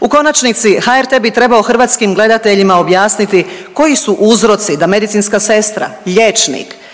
U konačnici HRT bi trebao hrvatskim gledateljima objasniti koji su uzroci da medicinska sestra, liječnik,